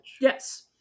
Yes